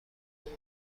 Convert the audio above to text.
وجود